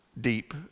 deep